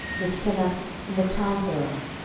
with kenath, and the towns thereof,